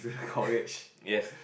yes